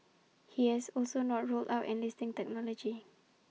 he has also not ruled out enlisting technology